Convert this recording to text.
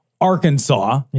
Arkansas